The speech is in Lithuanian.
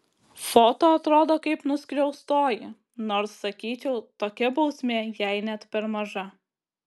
foto atrodo kaip nuskriaustoji nors sakyčiau tokia bausmė jai net per maža